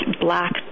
black